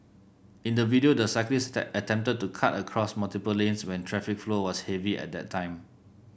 in the video the cyclist attempted to cut across multiple lanes when traffic flow was heavy at that time